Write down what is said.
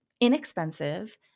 inexpensive